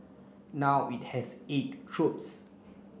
now it has eight troops